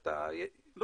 חבר הכנסת דיכטר,